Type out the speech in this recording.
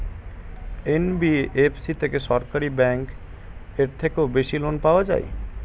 NBFC থেকে কি সরকারি ব্যাংক এর থেকেও বেশি লোন পাওয়া যায়?